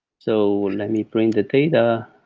so let me bring the data,